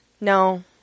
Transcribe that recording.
no